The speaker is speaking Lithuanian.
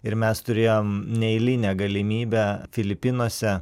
ir mes turėjom neeilinę galimybę filipinuose